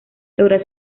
logra